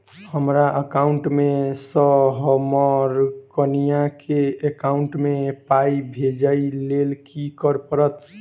हमरा एकाउंट मे सऽ हम्मर कनिया केँ एकाउंट मै पाई भेजइ लेल की करऽ पड़त?